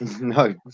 No